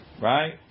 Right